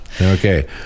Okay